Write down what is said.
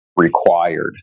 required